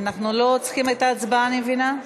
אנחנו לא צריכים הצבעה, אני מבינה.